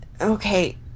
okay